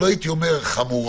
לא הייתי אומר חמורה,